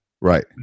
Right